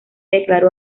declaró